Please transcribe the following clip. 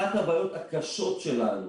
אחת הבעיות הקשות שלנו,